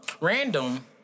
random